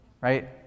right